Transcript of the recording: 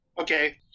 Okay